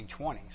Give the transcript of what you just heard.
1920s